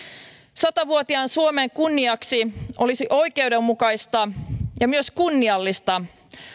satavuotiaan suomen kunniaksi olisi oikeudenmukaista ja myös kunniallista